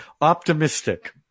optimistic